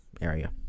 area